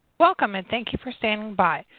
welcome, and thank you for standing by.